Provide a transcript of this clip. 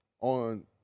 on